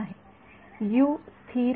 विद्यार्थी तर आपण काय गृहीत धरत आहोत स्थिर